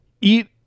eat